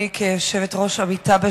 כיושבת-ראש עמותה,